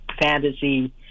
fantasy